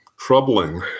troubling